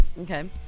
Okay